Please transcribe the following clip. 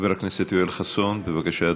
חבר הכנסת יואל חסון, בבקשה,